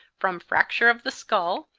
from fracture of the skull,